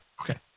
Okay